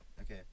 Okay